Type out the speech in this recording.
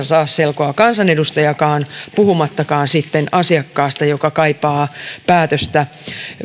saa selkoa kansanedustajakaan puhumattakaan sitten asiakkaasta joka kaipaa päätöstä